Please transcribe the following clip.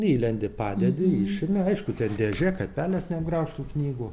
įlendi padedi išimi aišku ten dėžė kad pelės neapgraužtų knygų